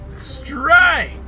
Strike